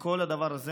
עם כל הדבר הזה,